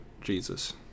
Jesus